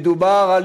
מדובר על,